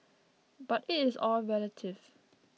but it is all relative